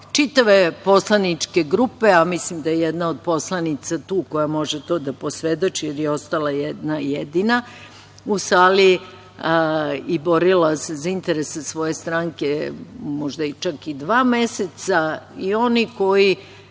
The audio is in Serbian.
čitave poslaničke grupe, a mislim da je jedna od poslanica tu, koja može to da posvedoči, jer je ostala jedna jedina, u sali i borila se za interese svoje stranke, možda čak i dva meseca i oni koji